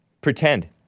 pretend